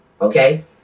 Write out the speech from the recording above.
okay